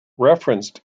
referenced